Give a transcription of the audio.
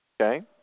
Okay